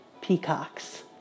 peacocks